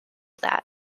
that